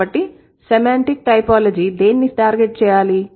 కాబట్టి semantic typology దేన్ని target చేయాలి